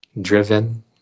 driven